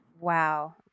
Wow